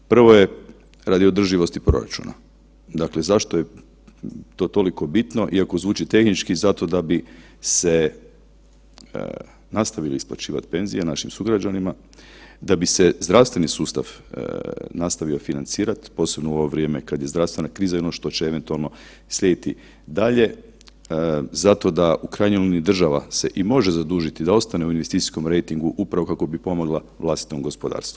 Prvo je radi održivosti proračuna, dakle zašto je to toliko bitno iako zvuči tehnički, zato da bi se nastavila isplaćivati penzije našim sugrađanima, da bi se zdravstveni sustav nastavio financirati posebno u ovo vrijeme kad je zdravstvena kriza i ono što će eventualno slijediti dalje, zato da u krajnjoj liniji država se i može zadužiti da ostane u investicijskom rejtingu upravo kako bi pomogla vlastitom gospodarstvu.